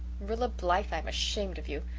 rilla blythe, i'm ashamed of you.